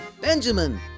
Benjamin